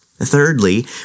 Thirdly